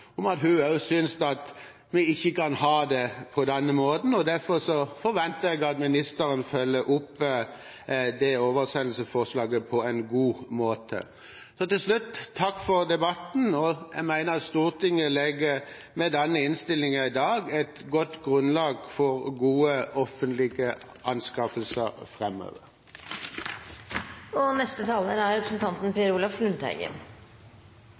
heller ikke hun synes vi kan ha det på denne måten. Derfor forventer jeg at ministeren følger opp det oversendelsesforslaget på en god måte. Til slutt: Takk for debatten. Jeg mener Stortinget med denne innstillingen i dag legger et godt grunnlag for gode offentlige anskaffelser framover. Representanten Syversen sa at den forrige regjeringa ikke har gjort en god nok jobb når det gjelder å sikre ideell sektor på dette området. Jeg er